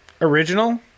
Original